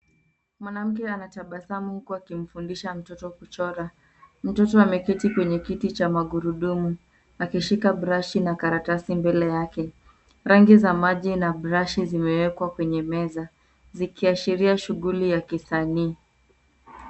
Mwanamke anatabasamu huku akimfundisha mtoto kuchora. Mtoto ameketi kwenye kiti cha magurudumu akishika brashi na karatasi mbele yake. Rangi za maji na brashi zimewekwa kwenye meza zikiashiria shughuli ya kisanii.